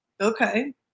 Okay